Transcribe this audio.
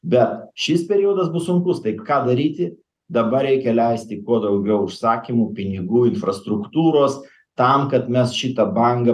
bet šis periodas bus sunkus tai ką daryti dabar reikia leisti kuo daugiau užsakymų pinigų infrastruktūros tam kad mes šitą bangą